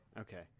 Okay